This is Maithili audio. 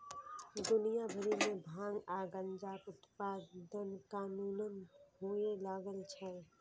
दुनिया भरि मे भांग आ गांजाक उत्पादन कानूनन हुअय लागल छै